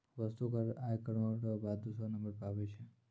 वस्तु कर आय करौ र बाद दूसरौ नंबर पर आबै छै